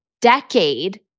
decade